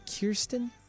Kirsten